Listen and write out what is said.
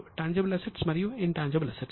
tangible assets మరియు intangible assets